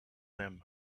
them